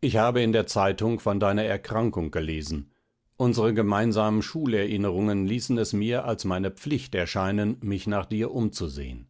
ich habe in der zeitung von deiner erkrankung gelesen unsere gemeinsamen schulerinnerungen ließen es mir als meine pflicht erscheinen mich nach dir umzusehen